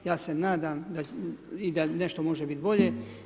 Ja se nadam da nešto može biti bolje.